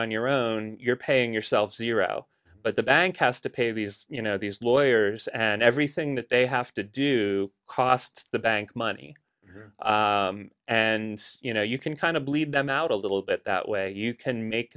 on your own you're paying yourself zero but the bank has to pay these you know these lawyers and everything that they have to do costs the bank money and you know you can kind of bleed them out a little bit that way you can make